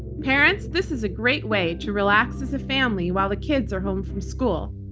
parents, this is a great way to relax as a family while the kids are home from school.